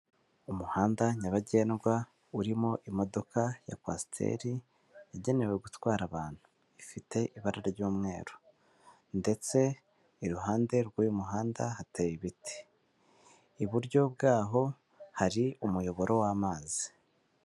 Umuhanda nyabagendwa urimo imodoka ya kwasiteri, yagenewe gutwara abantu. Ifite ibara ry'umweru. Ndetse iruhande rw'uyu muhanda hateye ibiti. Iburyo bw'aho hari umuyoboro w'amazi.